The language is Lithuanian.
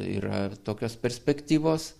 yra ir tokios perspektyvos